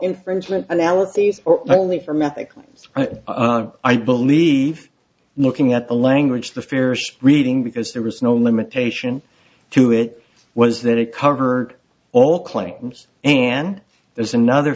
infringement analyses or only from ethically i believe looking at the language the fears reading because there was no limitation to it was that it covered all claims and there's another